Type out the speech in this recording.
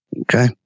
Okay